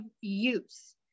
use